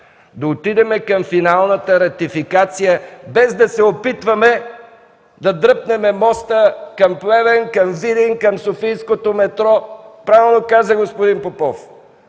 да отидем към финалната ратификация, без да се опитваме да дръпнем моста към Плевен, към Видин, към софийското метро. Правилно каза господин Попов: